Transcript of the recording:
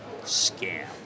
scam